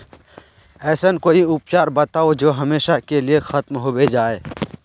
ऐसन कोई उपचार बताऊं जो हमेशा के लिए खत्म होबे जाए?